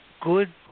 good